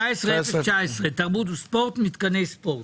19019, תרבות וספורט, מתקני ספורט.